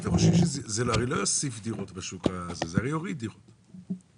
הרי לא יוסיף דירות בשוק; זה יוריד דירות.